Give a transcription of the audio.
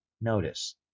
notice